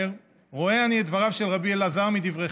אומר: רואה אני את דבריו של רבי אלעזר מדבריכם,